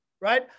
right